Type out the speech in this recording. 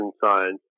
science